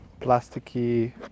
plasticky